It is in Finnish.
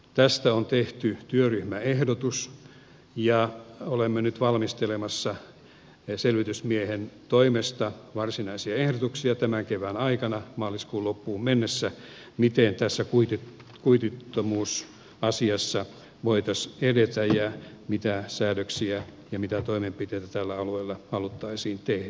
tästä on tehty työryhmäehdotus ja olemme nyt valmistelemassa selvitysmiehen toimesta tämän kevään aikana maaliskuun loppuun mennessä varsinaisia ehdotuksia siitä miten tässä kuitittomuusasiassa voitaisiin edetä ja mitä säädöksiä ja mitä toimenpiteitä tällä alueella haluttaisiin tehdä